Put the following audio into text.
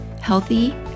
healthy